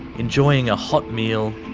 enjoying a hot meal,